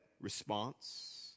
response